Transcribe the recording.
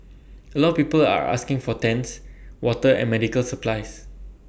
A lot of people are asking for tents water and medical supplies